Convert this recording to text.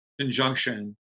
conjunction